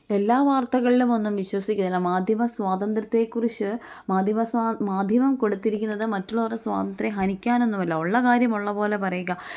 എല്ലാ വാർത്തകളിലും ഒന്നും വിശ്വസിക്കുന്നില്ല മാധ്യമ സ്വാതന്ത്ര്യത്തെക്കുറിച്ച് മാധ്യമ സ്വാ മാധ്യമം കൊടുത്തിരിക്കുന്നത് മറ്റുള്ളവരുടെ സ്വാതന്ത്ര്യം ഹനിക്കാനൊന്നുമല്ല ഉള്ള കാര്യം ഉള്ള പോലെ പറയുക